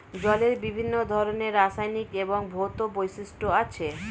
জলের বিভিন্ন ধরনের রাসায়নিক এবং ভৌত বৈশিষ্ট্য আছে